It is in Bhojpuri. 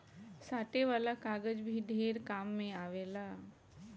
साटे वाला कागज भी ढेर काम मे आवेला